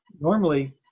Normally